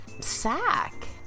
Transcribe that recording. Sack